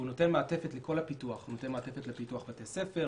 הוא נותן מעטפת לכל הפיתוח הוא נותן מעטפת לפיתוח בתי ספר,